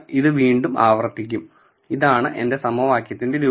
ഇത് വീൺടും ആവർത്തിക്കും ഇതാണ് എന്റെ സമവാക്യത്തിന്റെ രൂപം